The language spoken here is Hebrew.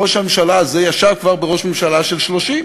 ראש הממשלה הזה ישב כבר בראש ממשלה של 30,